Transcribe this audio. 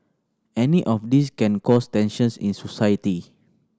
any of these can cause tensions in society